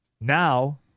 Now